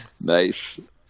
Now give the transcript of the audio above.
Nice